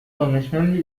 دانشمندی